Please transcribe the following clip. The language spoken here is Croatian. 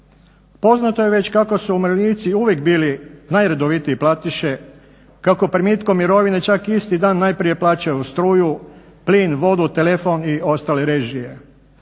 Poznato je već kako su umirovljenici uvijek bili najredovitije platiše kako primitkom mirovine čak isti dan najprije plaćaju struju, plin, vodu, telefon i ostale režije.